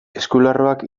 eskularruak